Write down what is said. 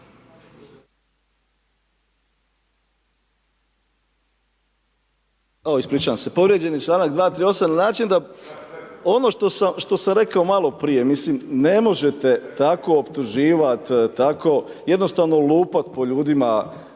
Ispričavam se, povrijeđen je čl. 238. na način, da ono što sam rekao maloprije, ne možete tako optuživati, tako, jednostavno lupat po ljudima,